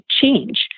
change